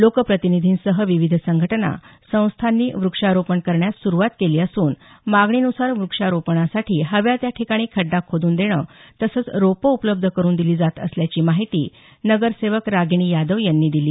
लोकप्रतिनिधींसह विविध संघटना संस्थांनी वृक्षारोपण करण्यास सुरुवात केली असून मागणीनुसार वृक्षारोपणासाठी हव्या त्या ठिकाणी खड्डा खोद्न देणं तसंच रोपं उपलब्ध करुन दिली जात असल्याची माहिती नगरसेवक रागिणी यादव यांनी दिली